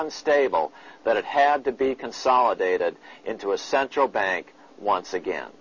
unstable that it had to be consolidated into a central bank once again